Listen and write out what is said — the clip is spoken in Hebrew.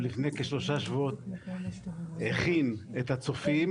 ולפני כשלושה שבועות הוא הכין את הצופים